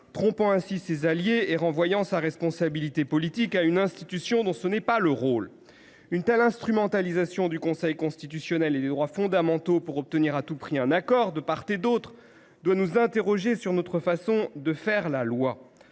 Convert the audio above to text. trompant ainsi ses alliés et renvoyant sa responsabilité politique à une institution dont le rôle n’est certainement pas de l’assumer. Une telle instrumentalisation du Conseil constitutionnel et des droits fondamentaux, pour obtenir à tout prix un accord de part et d’autre, doit nous conduire à nous interroger sur notre façon de faire la loi.